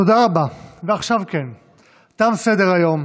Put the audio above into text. אבל תם סדר-היום.